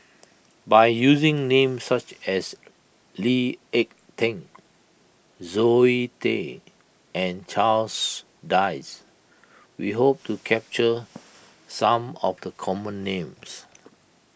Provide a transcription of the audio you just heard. by using names such as Lee Ek Tieng Zoe Tay and Charles Dyce we hope to capture some of the common names